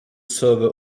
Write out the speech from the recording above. server